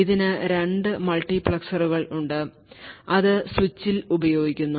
ഇതിന് 2 മൾട്ടിപ്ലക്സറുകൾ ഉണ്ട് അത് സ്വിച്ചിൽ ഉപയോഗിക്കുന്നു